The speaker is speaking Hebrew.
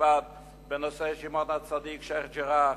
בית-המשפט בנושא שמעון הצדיק, שיח'-ג'ראח,